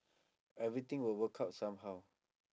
everything will work out somehow